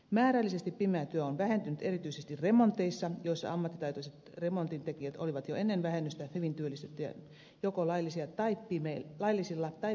määrällisesti pimeä työ on vähentynyt erityisesti remonteissa joissa ammattitaitoiset remontintekijät olivat jo ennen vähennystä hyvin työllistettyjä joko laillisilla tai pimeillä markkinoilla